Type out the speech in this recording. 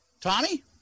Tommy